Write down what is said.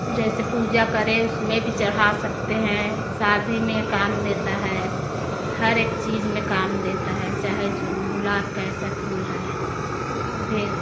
जैसे पूजा करें उसमें भी चढ़ा सकते हैं शादी में काम देता है हर एक चीज़ में काम देता है चाहे झुन गुलाब का ऐसा फूल है उगे